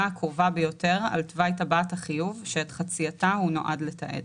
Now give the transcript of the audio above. הקרובה ביותר על תוואי טבעת החיוב שאת חצייתה הוא נועד לתעד."